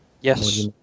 Yes